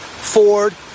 Ford